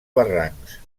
barrancs